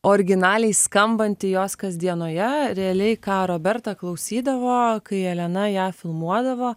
originaliai skambanti jos kasdienoje realiai ką roberta klausydavo kai elena ją filmuodavo